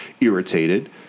irritated